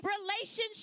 relationship